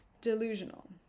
delusional